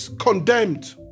condemned